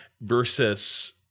versus